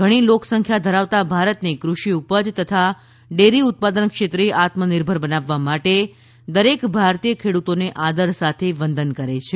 ઘણી લોકસંખ્યા ધરાવતા ભારતને કૃષિ ઉપજ તથા ડેરી ઉત્પાદન ક્ષેત્રે આત્મનિર્ભર બનાવવા માટે દરેક ભારતીય ખેડૂતોને આદર સાથે વંદન કરે છે